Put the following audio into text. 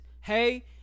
Hey